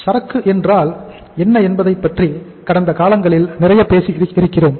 சரக்கு என்றால் என்ன என்பதைப் பற்றி கடந்த காலங்களில் நிறைய பேசியிருக்கிறோம்